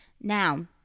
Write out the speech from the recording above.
Now